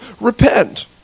repent